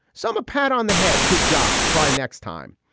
some a pat on the head. good job. try next time.